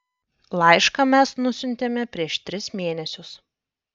laišką mes nusiuntėme prieš tris mėnesius